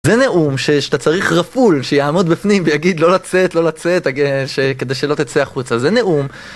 זה נאום שאתה צריך רפול שיעמוד בפנים ויגיד לא לצאת לא לצאת כדי שלא תצא החוצה, זה נאום